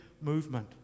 movement